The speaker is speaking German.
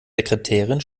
sekretärin